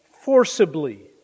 forcibly